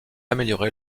amélioré